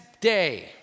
day